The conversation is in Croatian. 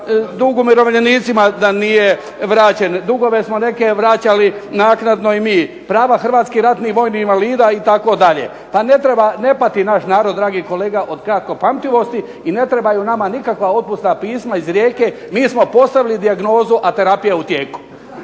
dug umirovljenicima da nije vraćen. Dugove smo neke vraćali naknadno i mi. Prava hrvatskih ratnih vojnih invalida itd. Pa ne pati naš narod, dragi kolega, od kratko pamtivosti i ne trebaju nama nikakva otpusna pisma iz Rijeke, mi smo postavili dijagnozu, a terapija je u